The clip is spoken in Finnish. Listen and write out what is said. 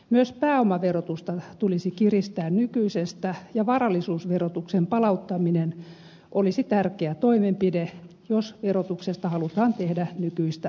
myös pääomaverotusta tulisi kiristää nykyisestä ja varallisuusverotuksen palauttaminen olisi tärkeä toimenpide jos verotuksesta halutaan tehdä nykyistä oikeudenmukaisempi